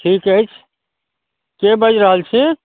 ठीक अछि केँ बाजि रहल छी